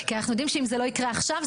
כי אנחנו יודעים שאם זה לא יקרה עכשיו,